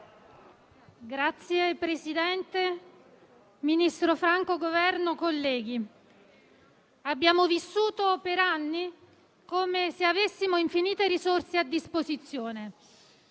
Signor Presidente, ministro Franco, Governo, colleghi, abbiamo vissuto per anni come se avessimo infinite risorse a disposizione.